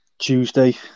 Tuesday